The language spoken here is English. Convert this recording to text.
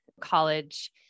college